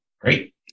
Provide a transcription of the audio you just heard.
Great